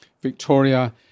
Victoria